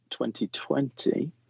2020